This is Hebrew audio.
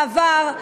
בעבר,